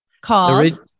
called-